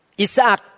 Isaac